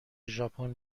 ژاپن